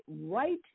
right